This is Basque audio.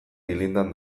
dilindan